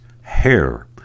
hair